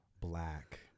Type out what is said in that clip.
black